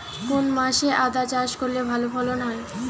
কোন মাসে আদা চাষ করলে ভালো ফলন হয়?